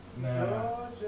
Georgia